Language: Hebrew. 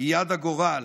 היא יד הגורל,